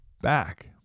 back